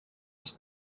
its